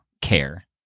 care